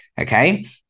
okay